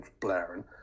blaring